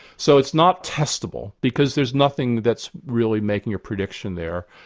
so it's not testable because there's nothing that's really making a prediction there.